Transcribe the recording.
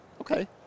Okay